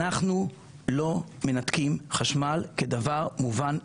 אנחנו לא מנתקים חשמל כדבר מובן מאליו,